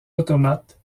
automates